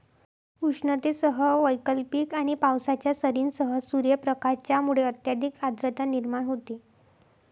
उष्णतेसह वैकल्पिक आणि पावसाच्या सरींसह सूर्यप्रकाश ज्यामुळे अत्यधिक आर्द्रता निर्माण होते